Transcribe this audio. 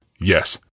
yes